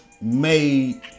made